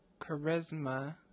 charisma